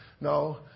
No